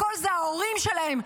הכול זה ההורים שלהם,